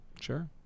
Sure